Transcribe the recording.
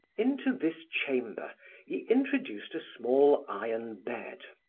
into this chamber he introduced a small iron bed,